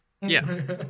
Yes